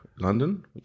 London